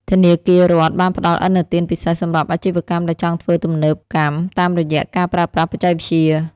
ធនាគាររដ្ឋបានផ្ដល់ឥណទានពិសេសសម្រាប់អាជីវកម្មដែលចង់ធ្វើទំនើបកម្មតាមរយៈការប្រើប្រាស់បច្ចេកវិទ្យា។